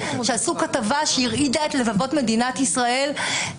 שעשו כתבה שהרעידה את לבבות מדינת ישראל,